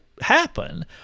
happen